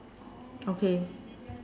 okay